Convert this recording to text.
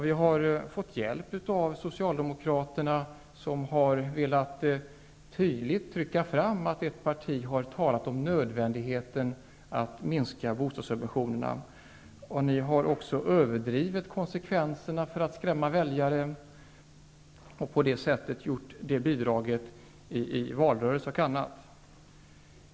Vi har fått hjälp av socialdemokraterna, som tydligt har velat understryka att ett parti har talat om nödvändigheten av att minska bostadssubventionerna. Ni har också för att skrämma väljare överdrivit konsekvenserna, i valrörelse och i andra sammanhang.